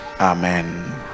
Amen